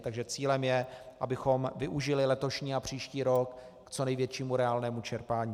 Takže cílem je, abychom využili letošní a příští rok k co největšímu reálnému čerpání.